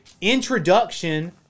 introduction